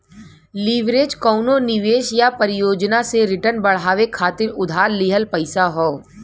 leverage कउनो निवेश या परियोजना से रिटर्न बढ़ावे खातिर उधार लिहल पइसा हौ